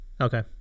Okay